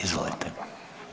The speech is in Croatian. Izvolite.